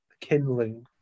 kindling